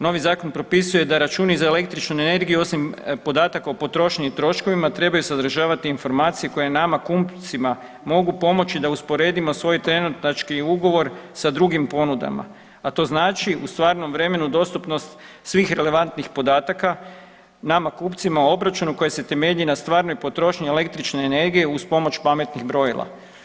Novi zakon propisuje da računi za električnu energiju, osim podataka o potrošnji i troškovima, trebaju sadržavati informacije koje nama kupcima mogu pomoći da usporedimo svoj trenutački ugovor sa drugim ponudama, a to znači u stvarnom vremenu dostupnost svih relevantnih podataka, nama kupcima, obračunu koji se temelji na stvarnoj potrošnji električne energije uz pomoć pametnih brojila.